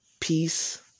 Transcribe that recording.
Peace